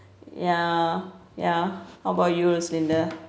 ya ya how about your roslinda